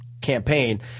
campaign